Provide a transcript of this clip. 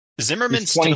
Zimmerman's